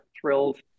thrilled